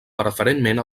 preferentment